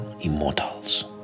immortals